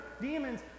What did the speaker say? demons